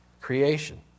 creation